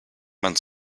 man